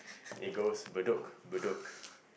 it goes Bedok Bedok